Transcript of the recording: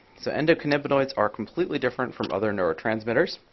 so endocannabinoids are completely different from other neurotransmitters.